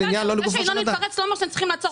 זה שינון מתפרץ לא אומר שאתם צריכים לעצור אותי.